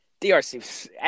DRC